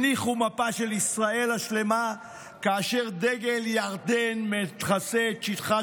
הניחו מפה של ישראל השלמה כאשר דגל מכסה את שטחה